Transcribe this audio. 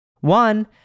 one